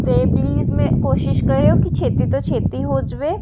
ਅਤੇ ਪਲੀਜ਼ ਮੈਂ ਕੋਸ਼ਿਸ਼ ਕਰਿਓ ਕਿ ਛੇਤੀ ਤੋਂ ਛੇਤੀ ਹੋ ਜਾਵੇ